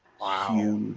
Wow